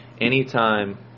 anytime